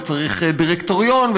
וצריך דירקטוריון,